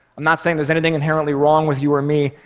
i'm not saying there's anything inherently wrong with you or me,